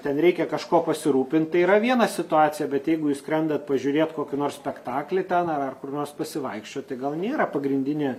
ten reikia kažkuo pasirūpint tai yra viena situacija bet jeigu jūs skrendat pažiūrėt kokį nors spektaklį ten ar ar kur nors pasivaikščiot tai gal nėra pagrindinė